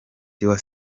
tiwa